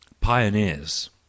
Pioneers